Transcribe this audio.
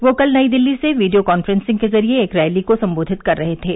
वह कल नई दिल्ली से वीडियो कांफ्रेंसिंग के जरिए एक रैली को संबोधित कर रहे थे